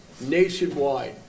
nationwide